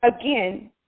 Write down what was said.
Again